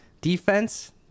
defense